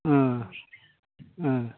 अ अ